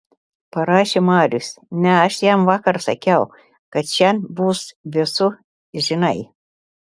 parašė marius ne aš jam vakar sakiau kad šian bus vėsu žinai